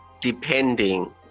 depending